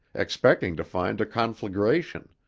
expecting to find a conflagration,